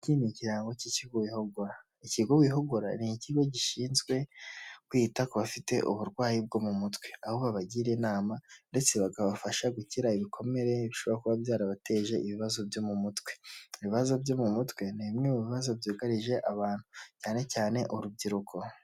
Ikindi ni ikirango cy'ikigo wihogora. Ikigo ni ikigo gishinzwe kwita ku bafite uburwayi bwo mu mutwe, aho babagira inama ndetse bakabafasha gukira ibikomere bishobora kuba byarabateje ibibazo byo mu mutwe. Ibibazo byo mu mutwe ni bimwe mu bibazo byugarije abantu cyane cyane urubyiruko.